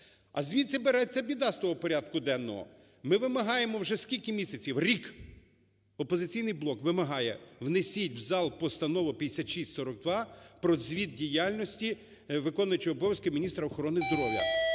А звідси береться біда з того порядку денного. Ми вимагаємо вже скільки місяців? Рік "Опозиційний блок" вимагає, внесіть в зал Постанову 5642 про звіт діяльності виконуючого обов'язки міністра охорони здоров'я.